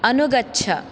अनुगच्छ